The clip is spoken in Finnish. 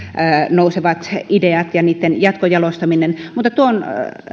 nousevat ideat ja niitten jatkojalostaminen mutta tuon